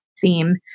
theme